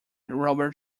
robert